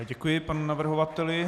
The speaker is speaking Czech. Děkuji panu navrhovateli.